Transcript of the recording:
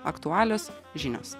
aktualios žinios